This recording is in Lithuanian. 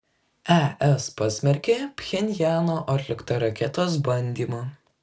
es pasmerkė pchenjano atliktą raketos bandymą